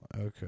Okay